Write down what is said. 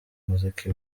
umuziki